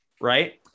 right